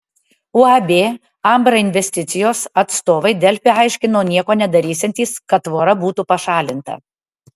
uab ambra investicijos atstovai delfi aiškino nieko nedarysiantys kad tvora būtų pašalinta